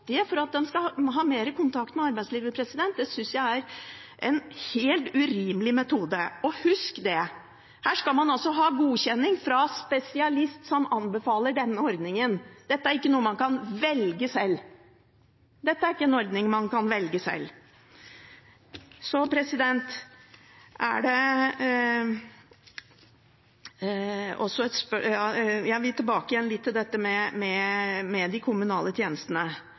for å ha den kontakten med arbeidslivet, synes jeg er en helt urimelig metode. Husk dette: Her skal man ha godkjenning fra en spesialist som anbefaler denne ordningen. Dette er ikke en ordning man kan velge selv. Så vil jeg tilbake til dette med de kommunale tjenestene.